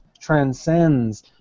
transcends